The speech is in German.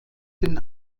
den